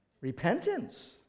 Repentance